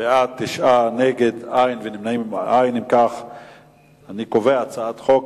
2010. ההצעה להעביר את הצעת חוק